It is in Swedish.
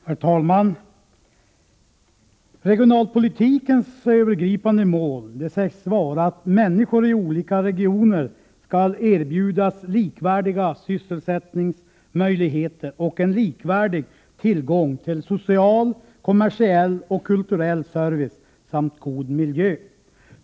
Herr talman! Regionalpolitikens övergripande mål sägs vara att människor i olika regioner skall erbjudas likvärdiga sysselsättningsmöjligheter och en likvärdig tillgång till social, kommersiell och kulturell service samt god miljö.